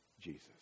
Jesus